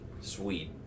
sweet